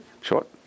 short